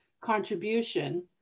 contribution